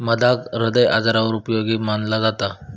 मधाक हृदय आजारांवर उपयोगी मनाला जाता